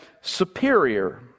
superior